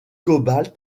cobalt